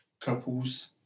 couples